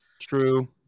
True